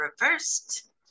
reversed